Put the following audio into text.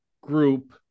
group